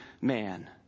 man